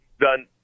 done